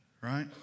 right